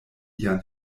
ian